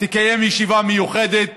תקיים ישיבה מיוחדת,